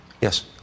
Yes